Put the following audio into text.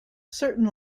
certain